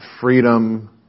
Freedom